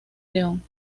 león